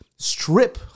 strip